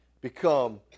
become